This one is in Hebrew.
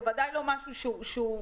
זה ודאי לא משהו שמשקף.